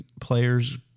player's